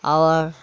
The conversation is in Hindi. और